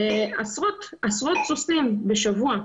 עשרות סוסים בשבוע,